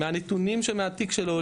שמהנתונים שעולים מהתיק שלו,